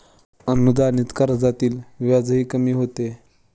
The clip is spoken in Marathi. अनुदानित कर्जातील व्याजही कमी होते